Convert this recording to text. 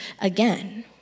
again